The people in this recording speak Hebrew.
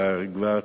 כפול.